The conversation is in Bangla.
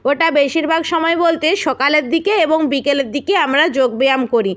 ওটা বেশিরভাগ সময় বলতে সকালের দিকে এবং বিকেলের দিকে আমরা যোগব্যায়াম করি